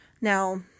now